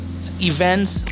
events